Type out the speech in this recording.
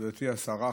גברתי השרה,